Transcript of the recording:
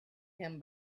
him